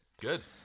Good